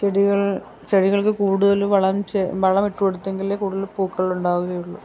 ചെടികൾ ചെടികൾക്ക് കൂടുതൽ വളം ചെ ഇട്ടുകൊടുത്തെങ്കിലേ കൂടുതൽ പൂക്കൾ ഉണ്ടാവുകയുള്ളു